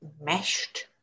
meshed